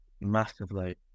Massively